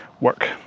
work